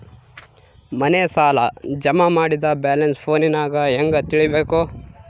ಮನೆ ಸಾಲ ಜಮಾ ಮಾಡಿದ ಬ್ಯಾಲೆನ್ಸ್ ಫೋನಿನಾಗ ಹೆಂಗ ತಿಳೇಬೇಕು?